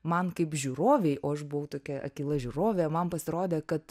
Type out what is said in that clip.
man kaip žiūrovei o aš buvau tokia akyla žiūrovė man pasirodė kad